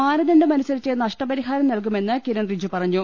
മാനദണ്ഡമനുസരിച്ച് നഷ്ടപരിഹാരം നൽകുമെന്ന് കിരൺ റിജ്ജു പറഞ്ഞു